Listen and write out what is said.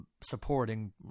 supporting